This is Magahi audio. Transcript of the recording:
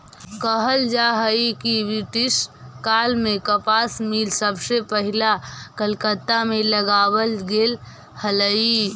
कहल जा हई कि ब्रिटिश काल में कपास मिल सबसे पहिला कलकत्ता में लगावल गेले हलई